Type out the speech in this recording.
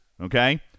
Okay